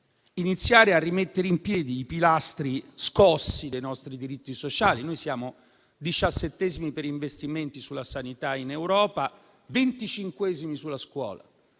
iniziare a rimettere in piedi i pilastri scossi dei nostri diritti sociali. Siamo diciassettesimi per investimenti sulla sanità in Europa e venticinquesimi sulla scuola.